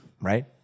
right